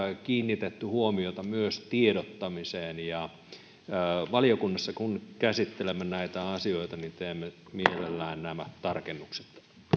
kiinnitetty huomiota myös tiedottamiseen ja kun valiokunnassa käsittelemme näitä asioita niin teemme mielellämme nämä tarkennukset